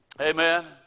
Amen